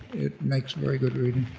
it makes very good reading.